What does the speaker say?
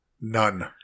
None